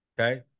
Okay